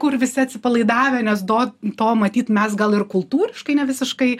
kur visi atsipalaidavę nes to to matyt mes gal ir kultūriškai nevisiškai